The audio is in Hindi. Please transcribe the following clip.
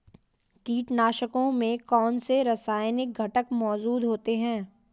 कीटनाशकों में कौनसे रासायनिक घटक मौजूद होते हैं?